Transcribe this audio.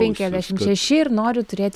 penkiasdešimt šeši ir noriu turėt